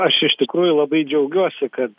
aš iš tikrųjų labai džiaugiuosi kad